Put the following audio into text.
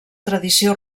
tradició